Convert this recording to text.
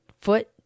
foot